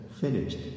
finished